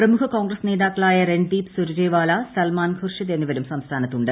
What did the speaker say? പ്രമുഖ കോൺഗ്രസ് നേതാക്കളായ രൺദീപ് സുർജേവാല സൽമാൻ ഖുർഷിദ് എന്നിവരും സംസ്ഥാനത്തുണ്ട്